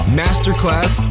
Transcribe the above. masterclass